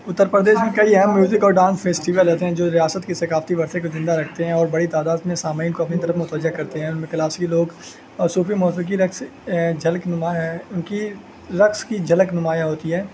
اتر پردیش میں کئی اہم میوزک اور ڈانس فیسٹیول ایسے ہیں جو ریاست کی ثقافتی ورثے کو زندہ رکھتے ہیں اور بڑی تعداد میں سامعین کو اپنی طرف متوجہ کرتے ہیں ان میں کلاسی لوگ اور صوفی موسیقی رقص جھلک نمایاں ہیں ان کی رقص کی جھلک نمایاں ہوتی ہے